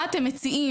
מה אתם מציעים.